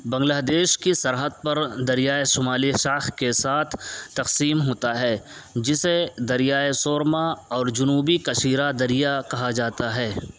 بنگلہ دیش کی سرحد پر دریائے شمالی شاخ کے ساتھ تقسیم ہوتا ہے جسے دریائے سورما اور جنوبی کشیرا دریا کہا جاتا ہے